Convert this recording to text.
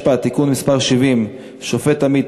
-המשפט (תיקון מס' 70) (שופט עמית),